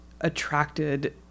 attracted